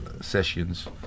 sessions